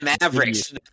Mavericks